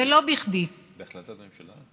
בהחלטת ממשלה?